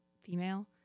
female